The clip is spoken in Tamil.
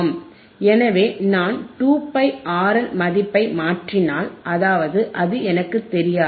எனவே நான் 2πRL மதிப்பை மாற்றினால் அதாவது அது எனக்கு தெரியாது